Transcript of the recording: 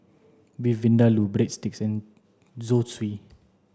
Beef Vindaloo Breadsticks and Zosui